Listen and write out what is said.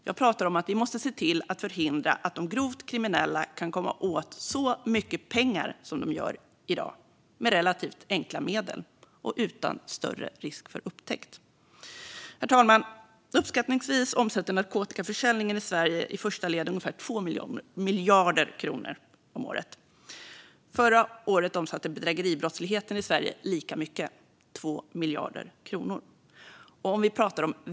Jag pratar om att vi måste se till att förhindra att de grovt kriminella kan komma åt så mycket pengar som de gör i dag med relativt enkla medel och utan större risk för upptäckt. Herr talman! Uppskattningsvis omsätter narkotikaförsäljningen i Sverige i första led ungefär 2 miljarder kronor om året. Förra året omsatte bedrägeribrottsligheten i Sverige lika mycket, alltså 2 miljarder kronor.